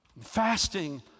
Fasting